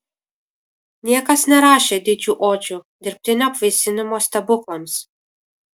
niekas nerašė didžių odžių dirbtinio apvaisinimo stebuklams